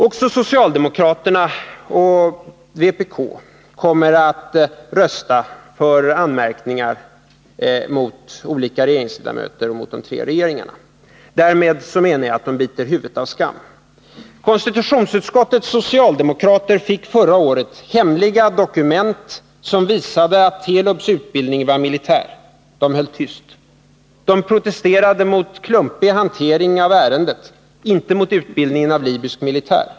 Också socialdemokraterna och vpk kommer att rösta för anmärkningar mot olika regeringsledamöter och mot de tre regeringarna. Därmed menar jag att de biter huvudet av skammen. Konstitutionsutskottets socialdemokrater fick förra året hemliga dokument som visade att Telubs utbildning var militär. De höll tyst. De protesterade mot den klumpiga hanteringen av ärendet, inte mot utbildningen av libysk militär.